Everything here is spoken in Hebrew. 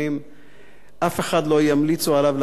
אף אחד לא ימליצו עליו להדליק משואה כצדיק,